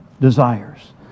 desires